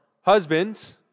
husbands